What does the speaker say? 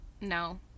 No